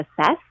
assess